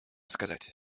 сказать